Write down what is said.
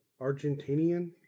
argentinian